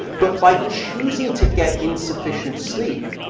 but by choosing to get insufficient sleep,